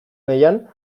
nahian